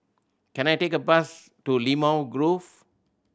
can I take a bus to Limau Grove